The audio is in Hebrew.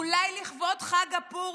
אולי לכבוד חג הפורים,